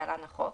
התשע"ו- 2016 (להלן החוק),